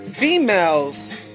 Females